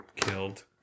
killed